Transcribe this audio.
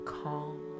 calm